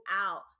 out